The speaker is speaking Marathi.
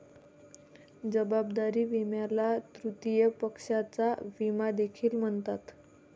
जबाबदारी विम्याला तृतीय पक्षाचा विमा देखील म्हणतात